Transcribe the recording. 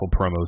promos